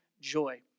joy